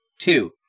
Two